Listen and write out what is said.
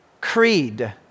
creed